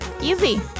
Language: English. easy